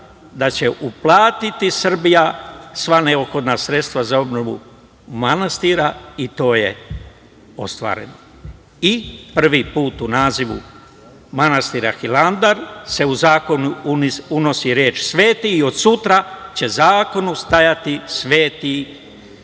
da će uplatiti Srbija sva neophodna sredstva za obnovu manastira i to je ostvareno.I prvi put u nazivu manastira Hilandar se u zakonu unosi reč „sveti“ i od sutra će u zakonu stajati „Sveti“ manastir